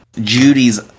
judy's